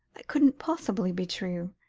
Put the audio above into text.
that couldn't possibly be true.